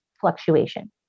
fluctuation